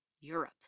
Europe